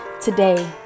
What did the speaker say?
today